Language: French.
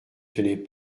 tenait